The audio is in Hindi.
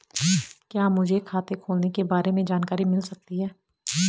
क्या मुझे खाते खोलने के बारे में जानकारी मिल सकती है?